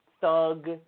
thug